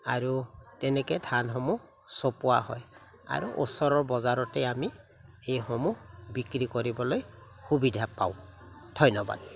আৰু তেনেকৈ ধানসমূহ চপোৱা হয় আৰু ওচৰৰ বজাৰতে আমি এইসমূহ বিক্ৰী কৰিবলৈ সুবিধা পাওঁ ধন্যবাদ